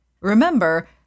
remember